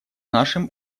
нашим